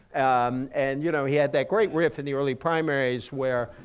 um and you know he had that great riff in the early primaries where,